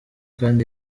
kandi